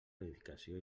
notificació